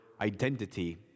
identity